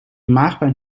maagpijn